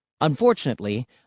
Unfortunately